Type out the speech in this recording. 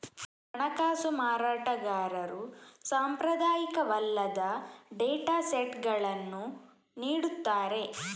ಹಣಕಾಸು ಮಾರಾಟಗಾರರು ಸಾಂಪ್ರದಾಯಿಕವಲ್ಲದ ಡೇಟಾ ಸೆಟ್ಗಳನ್ನು ನೀಡುತ್ತಾರೆ